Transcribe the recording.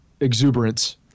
exuberance